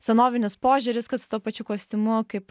senovinis požiūris kad su tuo pačiu kostiumu kaip